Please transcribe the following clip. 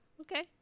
Okay